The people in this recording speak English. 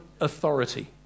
authority